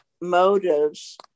motives